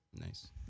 Nice